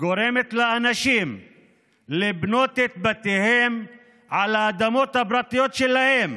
גורמת לאנשים לבנות את בתיהם על האדמות הפרטיות שלהם